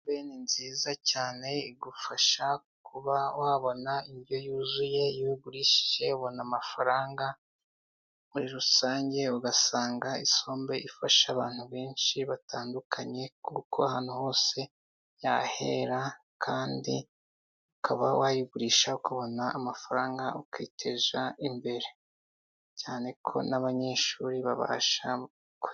Isombe ni nziza cyane, igufasha kuba wabona indyo yuzuye, iyo uyigurishije ubona amafaranga, muri rusange ugasanga isombe ifasha abantu benshi batandukanye, kuko ahantu hose yahera kandi ukaba wayigurisha kubona amafaranga ukiteza imbere, cyane ko n'abanyeshuri babasha gu.